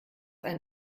ein